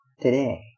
today